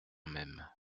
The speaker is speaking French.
même